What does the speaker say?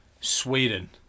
Sweden